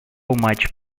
much